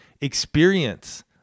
experience